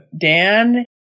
Dan